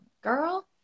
girl